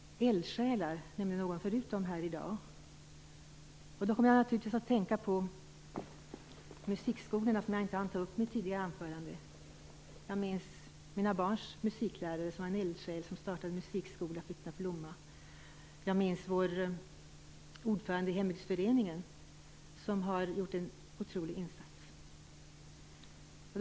Eldsjälar nämnde någon förut här i dag. Då kom jag naturligtvis att tänka på musikskolorna, som jag inte hann ta upp i mitt tidigare anförande. Jag minns mina barns musiklärare, en eldsjäl som startade en musikskola och fick den att blomma, och jag minns vår ordförande i hembygdsföreningen, som har gjort en otrolig insats.